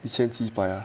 一千七百啊